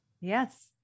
Yes